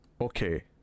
okay